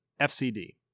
FCD